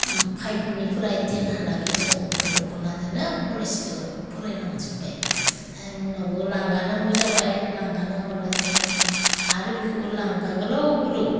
फाइफनिफ्राय ten हालागासै जों अग्रं दख'नाजोंनो कलेजखौ फरायलांजोब्बाय उनावबो लांगा नांगौ जाबाय लांगा नांबोला जों आरो बेखौबो लांगा गोलाव गोलाव